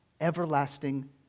everlasting